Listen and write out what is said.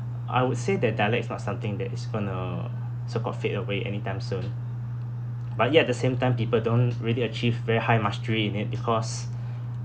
I would say that dialect is not something that is going to so-called fade away anytime soon but yet the same time people don't really achieve very high mastery in it because